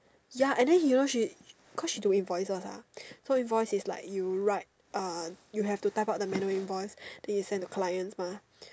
ya and then he know she cause she do invoices ah so invoice is like you write uh you have to type out the manual invoice then you send to client mah